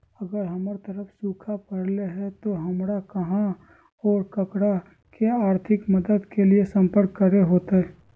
अगर हमर तरफ सुखा परले है तो, हमरा कहा और ककरा से आर्थिक मदद के लिए सम्पर्क करे होतय?